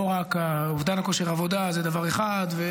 לא רק אובדן כושר עבודה, זה דבר אחד.